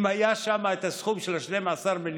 אם היה שם כבר אז את הסכום של 12 מיליון,